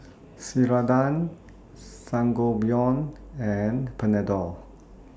Ceradan Sangobion and Panadol